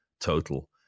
total